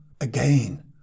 again